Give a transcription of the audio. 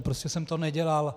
Prostě jsem to nedělal.